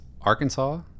arkansas